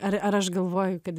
ar ar aš galvoju kad